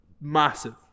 massive